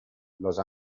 los